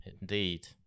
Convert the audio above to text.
Indeed